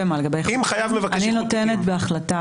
אני נותנת בהחלטה,